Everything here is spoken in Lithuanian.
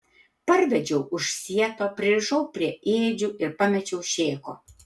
parvedžiau už sieto pririšau prie ėdžių ir pamečiau šėko